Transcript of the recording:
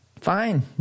fine